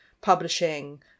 publishing